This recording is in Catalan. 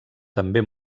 també